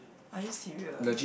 are you serious